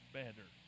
better